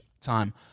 time